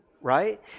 right